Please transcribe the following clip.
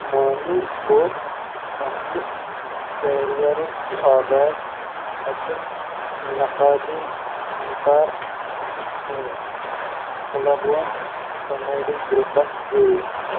مانی کوٚر پنٕنہِ کیریَرُک آغاز أکِس نقالی فنکار پٲٹھۍ کٕلابھون کَمیڈی گُرٛپَس سۭتۍ